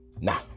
Nah